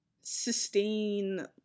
sustain